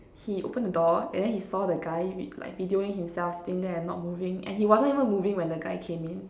he opened the door and then he saw the guy with like videoing himself sitting there and not moving and he wasn't even moving when the guy came in